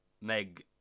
Meg